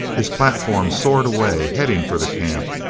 his platform soared away, heading for the camp,